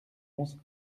onze